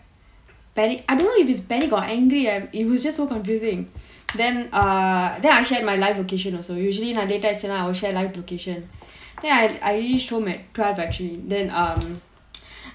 panic I don't know if it's panic or angry it was just so confusing then err then I shared my live location also usually நான்:naan late ஆகிருச்சுனா:agiruchunaa I will share live location then I reach home at twelve actually then um